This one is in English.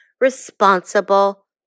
responsible